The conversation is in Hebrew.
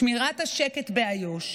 שמירת השקט באיו"ש,